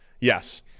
yes